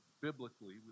biblically